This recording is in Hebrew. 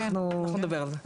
אנחנו נדבר על זה,